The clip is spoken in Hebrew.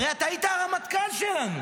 הרי אתה היית הרמטכ"ל שלנו,